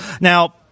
now